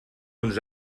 uns